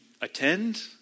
attend